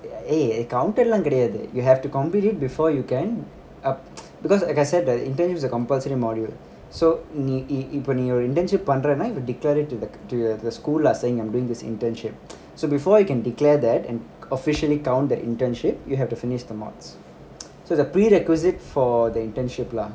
a~ eh accountant கெடயாது:ketayadhu you have to complete it before you can a~ because like I said intern is a complusory module so இப்பநீஒரு:eppa ni oru internship பண்ணறேனா:pannarena declare it to th~ to the school lah saying I'm doing this internship so before I can declare that and officially count the internship you have to finish the mods so it's a pre requisite for the internship lah